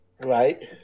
Right